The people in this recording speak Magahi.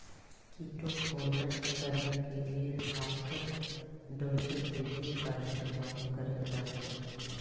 कीटों को नष्ट करने के लिए हापर डोजर विधि का इस्तेमाल करल जा हई